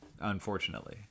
Unfortunately